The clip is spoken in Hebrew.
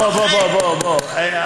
בוא, בוא, בוא, בוא.